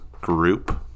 group